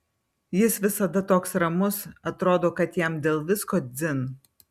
jis visada toks ramus atrodo kad jam dėl visko dzin